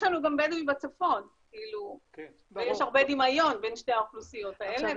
יש לנו גם בדואים בצפון ויש הרבה דמיון בין שתי האוכלוסיות האלה,